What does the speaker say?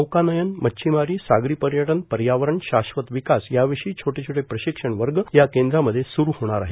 नौकानयन मच्छिमारी सागरी पर्यटन पर्यावरण शाश्वत विकास या विषयी छोटे छोटे प्रशिक्षण वर्ग या केंद्रामध्ये स्रू होणार आहे